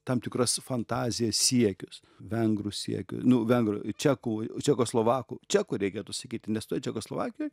tam tikras fantazijas siekius vengrų siekiu vengrų čekų čekoslovakų čekų reikėtų sakyti nes čekoslovakijoj